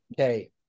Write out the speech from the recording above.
Okay